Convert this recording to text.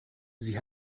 sie